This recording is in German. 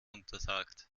untersagt